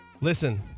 listen